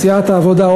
סיעת העבודה,